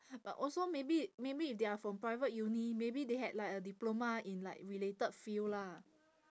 but also maybe maybe if they're from private uni maybe they had like a diploma in like related field lah